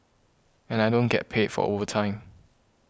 and I don't get paid for overtime